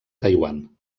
taiwan